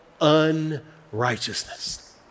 unrighteousness